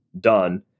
done